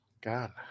God